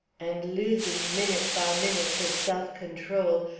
and, losing minute by minute his self-control,